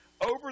over